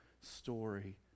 story